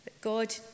God